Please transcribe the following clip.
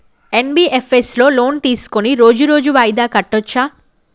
NBFS లో loan తీస్కొని రోజు రోజు వాయిదా కట్టచ్ఛా?